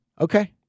okay